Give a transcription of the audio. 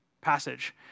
passage